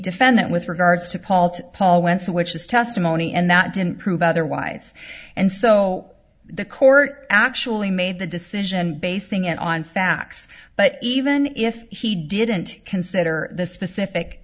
defendant with regards to paul to paul when switches testimony and that didn't prove otherwise and so the court actually made the decision basing it on facts but even if he didn't consider the specific